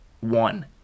One